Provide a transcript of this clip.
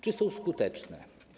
Czy są skuteczne?